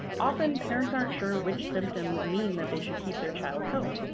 often, parents aren't sure which symptoms mean that they should keep their child home.